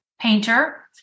painter